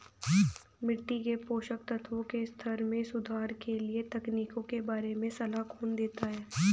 मिट्टी के पोषक तत्वों के स्तर में सुधार के लिए तकनीकों के बारे में सलाह कौन देता है?